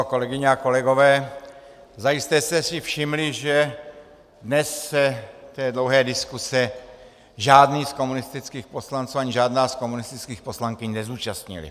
Kolegyně a kolegové, zajisté jste si všimli, že dnes se v té dlouhé diskusi žádný z komunistických poslanců ani žádná z komunistických poslankyň nezúčastnili.